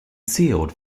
sealed